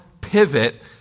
pivot